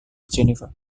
geneva